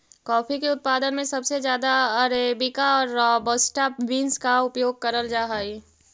coffee के उत्पादन में सबसे ज्यादा अरेबिका और रॉबस्टा बींस का उपयोग करल जा हई